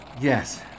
Yes